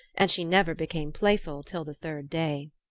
and she never became playful till the third day.